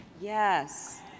Yes